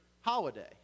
holiday